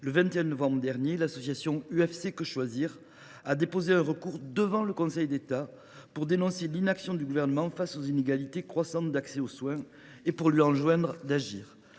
le 21 novembre dernier, l’association UFC Que Choisir a déposé un recours devant le Conseil d’État, pour dénoncer l’inaction du Gouvernement face aux inégalités croissantes d’accès aux soins et pour lui enjoindre d’agir.